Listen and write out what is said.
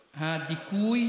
של הדיכוי